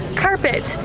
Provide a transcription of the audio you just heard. carpet.